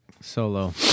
Solo